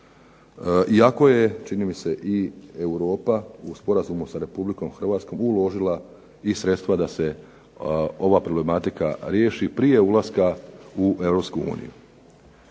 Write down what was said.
Iako je čini mi se i Europa u sporazumu sa Republikom Hrvatskom uložila i sredstva da se ova problematika riješi prije ulaska u